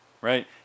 Right